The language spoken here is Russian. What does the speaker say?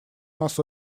нас